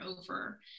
over